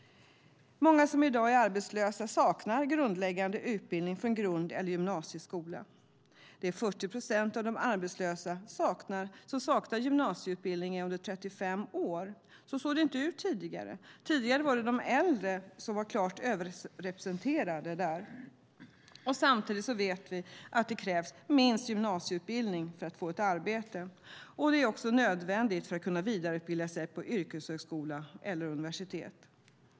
Många som i dag är arbetslösa saknar grundläggande utbildning från grund eller gymnasieskola. Det är 40 procent av de arbetslösa under 35 år som saknar gymnasieutbildning. Så såg det inte ut tidigare. Tidigare var de äldre klart överrepresenterade. Samtidigt vet vi att det krävs minst gymnasieutbildning för att få ett arbete, och det är också nödvändigt för att kunna vidareutbilda sig på yrkeshögskola eller universitet.